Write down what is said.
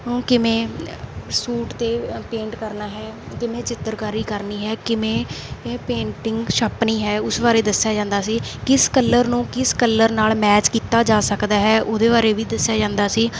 ਕਿਵੇਂ ਸੂਟ 'ਤੇ ਪੇਂਟ ਕਰਨਾ ਹੈ ਕਿਵੇਂ ਚਿੱਤਰਕਾਰੀ ਕਰਨੀ ਹੈ ਕਿਵੇਂ ਇਹ ਪੇਂਟਿੰਗ ਛਾਪਣੀ ਹੈ ਉਸ ਬਾਰੇ ਦੱਸਿਆ ਜਾਂਦਾ ਸੀ ਕਿਸ ਕੱਲਰ ਨੂੰ ਕਿਸ ਕੱਲਰ ਨਾਲ ਮੈਚ ਕੀਤਾ ਜਾ ਸਕਦਾ ਹੈ ਉਹਦੇ ਬਾਰੇ ਵੀ ਦੱਸਿਆ ਜਾਂਦਾ ਸੀ